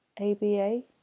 A-B-A